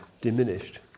diminished